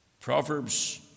Proverbs